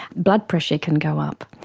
blood pressure can go up,